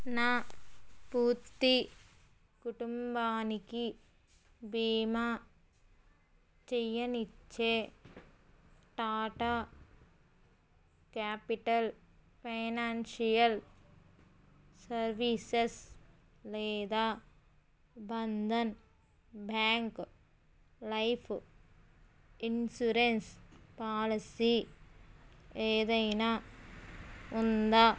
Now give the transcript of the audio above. నా పూర్తి కుటుంబానికి బీమా చేయనిచ్చే టాటా క్యాపిటల్ ఫైనాన్షియల్ సర్వీసెస్ లేదా Bandhan bank life insurance policy ఏదైనా ఉందా